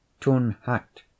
Tun-Hat